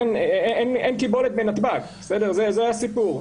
אין קיבולת בנתב"ג, זה הסיפור.